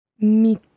Mi